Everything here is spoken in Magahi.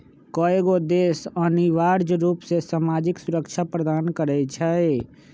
कयगो देश अनिवार्ज रूप से सामाजिक सुरक्षा प्रदान करई छै